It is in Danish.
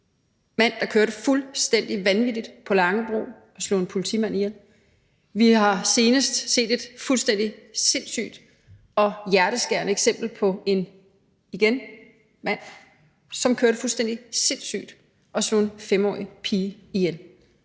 mand, der kørte fuldstændig vanvittigt på Langebro og slog en politimand ihjel. Vi har senest set et fuldstændig sindssygt og hjerteskærende eksempel på en, igen, mand, som kørte fuldstændig sindssygt og slog en 5-årig pige ihjel.